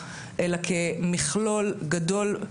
אלא כמכלול גדול.